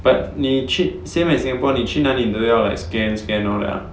but 你去 same as singapore 你去哪里都要 like scan scan all that ah